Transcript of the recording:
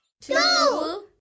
Two